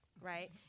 right